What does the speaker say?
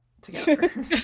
together